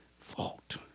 Fault